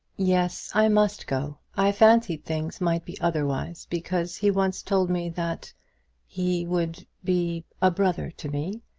yes i must go. i fancied things might be otherwise, because he once told me that he would be a brother to me.